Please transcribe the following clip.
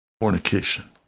fornication